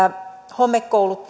homekoulut